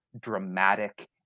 dramatic